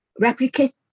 replicate